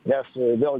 nes dėl